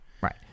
Right